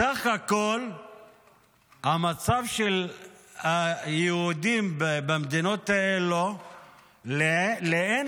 בסך הכול המצב של היהודים במדינות האלה לאין